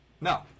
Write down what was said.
No